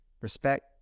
respect